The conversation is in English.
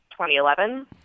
2011